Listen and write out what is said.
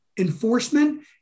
Enforcement